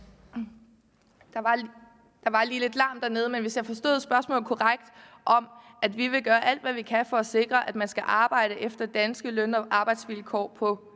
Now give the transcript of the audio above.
Der var lige lidt larm dernede, men hvis jeg forstod spørgsmålet korrekt om, at vi vil gøre alt, hvad vi kan for at sikre, at man skal arbejde efter danske løn- og arbejdsvilkår på